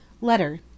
Letter